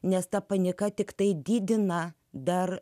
nes ta panieka tiktai didina dar